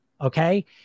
Okay